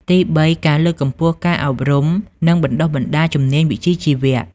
ទីបី ការលើកកម្ពស់ការអប់រំ និងបណ្តុះបណ្តាលជំនាញវិជ្ជាជីវៈ។